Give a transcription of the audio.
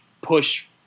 push